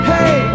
Hey